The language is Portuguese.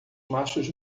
machos